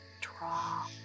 draw